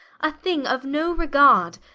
a thing of no regard,